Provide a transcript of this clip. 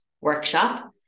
workshop